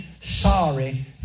sorry